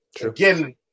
Again